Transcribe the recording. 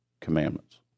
commandments